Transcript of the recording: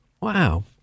Wow